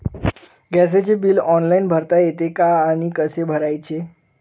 गॅसचे bill online भरता येते का आणि कसे भरायचे?